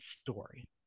story